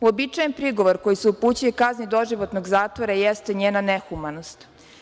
Uobičajen prigovor koji se upućuje kazni doživotnog zatvora jeste njena nehumanost.